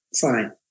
Fine